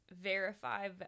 verify